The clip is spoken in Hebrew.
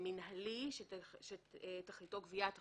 מנהלי שתכליתו גביית חובות".